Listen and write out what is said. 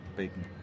bacon